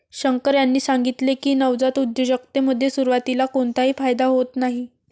शंकर यांनी सांगितले की, नवजात उद्योजकतेमध्ये सुरुवातीला कोणताही फायदा होत नाही